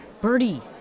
Birdie